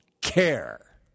care